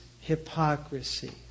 hypocrisy